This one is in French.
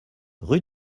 rue